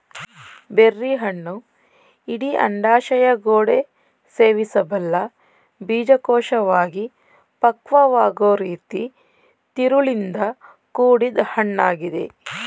ಬೆರ್ರಿಹಣ್ಣು ಇಡೀ ಅಂಡಾಶಯಗೋಡೆ ಸೇವಿಸಬಲ್ಲ ಬೀಜಕೋಶವಾಗಿ ಪಕ್ವವಾಗೊ ರೀತಿ ತಿರುಳಿಂದ ಕೂಡಿದ್ ಹಣ್ಣಾಗಿದೆ